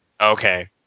Okay